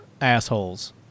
assholes